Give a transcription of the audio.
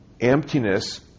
Emptiness